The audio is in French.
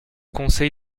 conseil